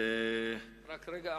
רק רגע.